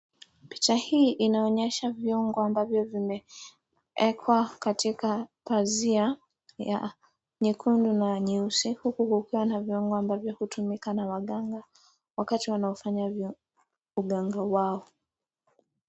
Picha hii inanyesha viungo ambavyo vimewekwa katika ya pazia ya nyekundu na nyeusi huku kukiwa na viungo ambavyo hutumika na waganga wakati wanafanya uganga wao.